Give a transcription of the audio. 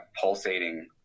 pulsating